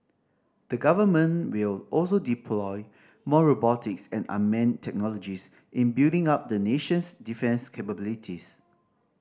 the Government will also deploy more robotics and unmanned technologies in building up the nation's defence capabilities